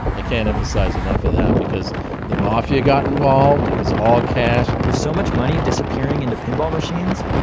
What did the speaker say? i can't emphasize enough of that because the mafia got involved. it was all cash with so much money disappearing into pinball machines,